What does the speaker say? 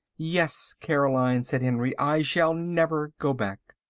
yes, caroline, said henry. i shall never go back.